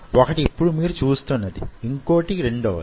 వొకటి యిప్పుడు మీరు చూస్తున్నది ఇంకొకటి రెండవది